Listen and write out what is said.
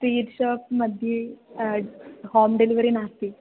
sweet shop मध्ये home delivery नास्ति